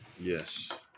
Yes